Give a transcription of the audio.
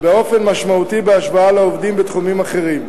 באופן משמעותי בהשוואה לעובדים בתחומים אחרים.